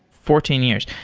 fourteen years.